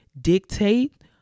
dictate